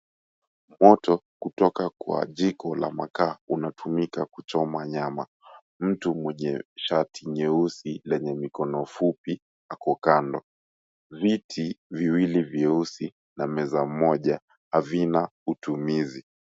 Moto kutoka kwa jiko la makaa unatumika kuchoma nyama. Mtu mwenye shati nyeusi lenye mikono fupi ako kando. Viti viwili vyeusi na meza moja havina utumizi.